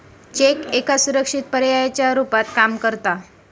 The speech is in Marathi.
चेक एका सुरक्षित पर्यायाच्या रुपात काम करता